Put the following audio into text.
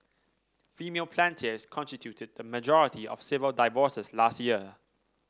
female plaintiffs constituted the majority of civil divorces last year